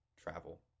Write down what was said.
travel